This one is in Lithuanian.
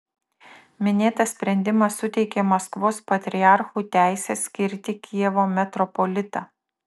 minėtas sprendimas suteikė maskvos patriarchui teisę skirti kijevo metropolitą